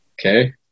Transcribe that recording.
Okay